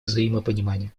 взаимопонимания